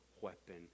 weapon